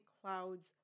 Cloud's